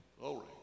Glory